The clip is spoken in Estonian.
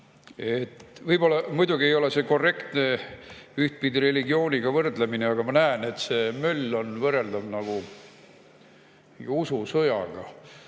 Võib-olla muidugi ei ole korrektne religiooniga võrdlemine, aga ma näen, et see möll on võrreldav ususõjaga